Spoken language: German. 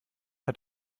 hat